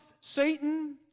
Satan